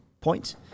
points